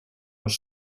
was